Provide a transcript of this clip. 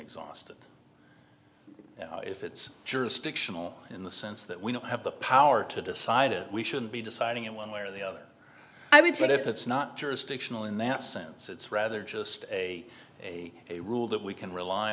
exhausted if it's jurisdictional in the sense that we don't have the power to decide or we should be deciding in one way or the other i mean if it's not jurisdictional in that sense it's rather just a a a rule that we can rely